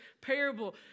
parable